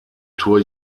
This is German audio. tour